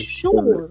sure